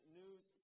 news